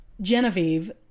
Genevieve